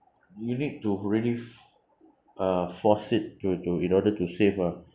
you need to really f~ uh force it to to in order to save ah